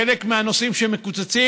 חלק מהנושאים שלשמם מקצצים,